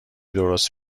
درست